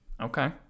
Okay